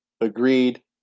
agreed